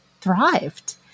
thrived